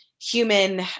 human